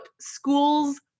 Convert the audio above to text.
schools